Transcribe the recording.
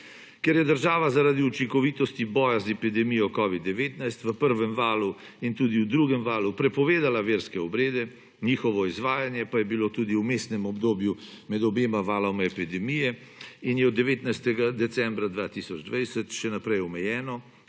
Ker je država zaradi učinkovitosti boja z epidemijo covid-19 v prvem valu in tudi v drugem valu prepovedala verske obrede, njihovo izvajanje pa je bilo tudi v vmesnem obdobju med obema valoma epidemije in je od 19. decembra 2020 še naprej omejeno,